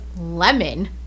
Lemon